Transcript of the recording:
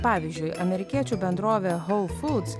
pavyzdžiui amerikiečių bendrovė holfūts